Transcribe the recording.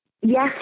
yes